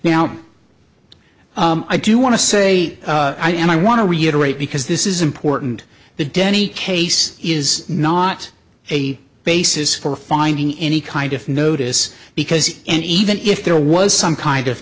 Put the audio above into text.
now i do want to say i and i want to reiterate because this is important the denny case is not a basis for finding any kind of notice because and even if there was some kind of